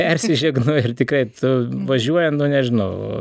persižegnoji ir tikraitu nu važiuojam nežinau